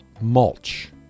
mulch